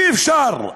אי-אפשר.